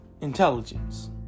intelligence